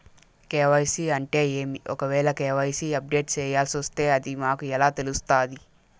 KYC అంటే ఏమి? ఒకవేల కె.వై.సి అప్డేట్ చేయాల్సొస్తే అది మాకు ఎలా తెలుస్తాది?